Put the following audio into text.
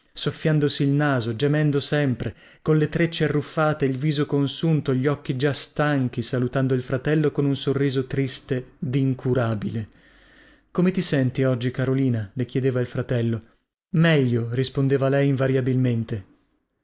soffiandosi il naso gemendo sempre colle trecce arruffate il viso consunto gli occhi già stanchi salutando il fratello con un sorriso triste dincurabile come ti senti oggi carolina le chiedeva il fratello meglio rispondeva lei invariabilmente